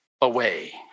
away